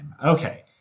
Okay